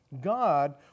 God